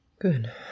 Good